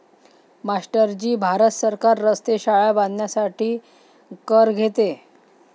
master ji Bharat सरकार रस्ते, शाळा बांधण्यासाठी कर घेते